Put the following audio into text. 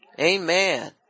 Amen